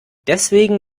deswegen